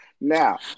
Now